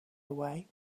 away